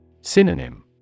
Synonym